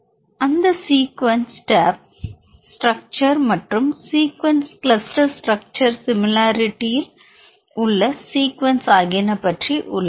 அந்த sequence tape structure மற்றும் sequence cluster structure சிமிலாரிட்டியில் உள்ள சீக்குவென்ஸ் ஆகியன பற்றி உள்ளது